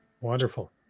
Wonderful